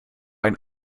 ein